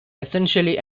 essentially